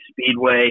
speedway